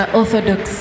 orthodox